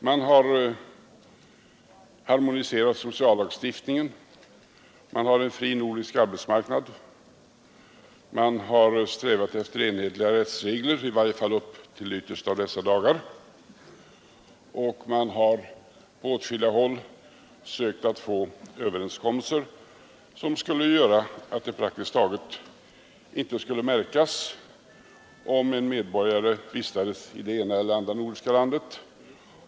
Man har harmoniserat sociallagstiftningen, man har en fri nordisk arbetsmarknad, man har strävat efter enhetliga rättsregler — i varje fall till de yttersta av dessa dagar — och man har på åtskilliga håll försökt uppnå överenskommelser som skulle medföra att det på olika sätt praktiskt taget inte vore någon skillnad för medborgarna att vistas i det ena eller andra nordiska landet.